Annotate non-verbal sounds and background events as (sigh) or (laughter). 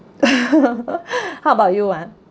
(laughs) how about you ah